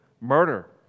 murder